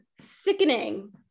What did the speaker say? sickening